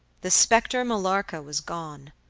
the specter millarca was gone.